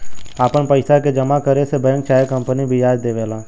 आपन पइसा के जमा करे से बैंक चाहे कंपनी बियाज देवेला